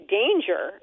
danger